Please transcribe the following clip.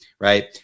Right